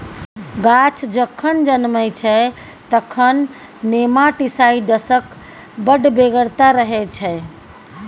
गाछ जखन जनमय छै तखन नेमाटीसाइड्सक बड़ बेगरता रहय छै